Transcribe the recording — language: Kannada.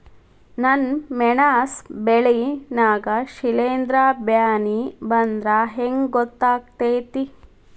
ನನ್ ಮೆಣಸ್ ಬೆಳಿ ನಾಗ ಶಿಲೇಂಧ್ರ ಬ್ಯಾನಿ ಬಂದ್ರ ಹೆಂಗ್ ಗೋತಾಗ್ತೆತಿ?